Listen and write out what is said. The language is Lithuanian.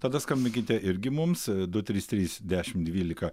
tada skambinkite irgi mums du trys trys dešimt dvylika